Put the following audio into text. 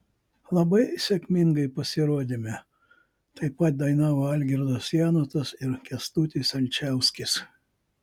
labai sėkmingai pasirodėme taip pat dainavo algirdas janutas ir kęstutis alčauskis